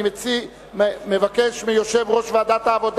אני מבקש מיושב-ראש ועדת העבודה,